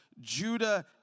Judah